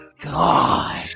God